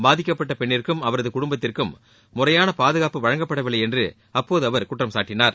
பாதிக்கப்பட்ட பெண்ணிற்கும் அவரது குடும்பத்திற்கும் முறையான பாதுகாப்பு வழங்கப்படவில்லை என்று அப்போது அவர் குற்றம் சாட்டினார்